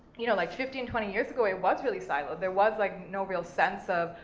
you know, like fifteen, twenty years ago it was really siloed. there was like no real sense of,